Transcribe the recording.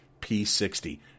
P60